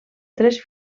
tres